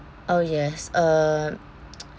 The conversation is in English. oh yes uh